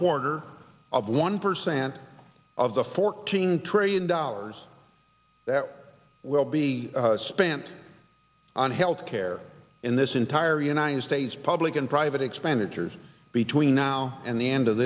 quarter of one percent of the fourteen trillion dollars that will be spent on health care in this entire united states public and private expenditures between now and the end of